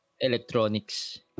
electronics